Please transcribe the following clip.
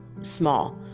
small